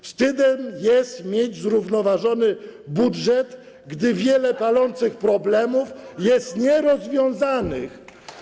Wstydem jest mieć zrównoważony budżet, gdy wiele palących problemów jest nierozwiązanych.